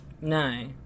No